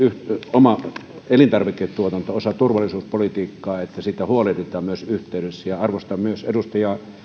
oma elintarviketuotanto on osa turvallisuuspolitiikkaa ja se on sen verran arvokas asia että siitä myös huolehditaan yhdessä arvostan myös edustaja